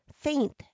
faint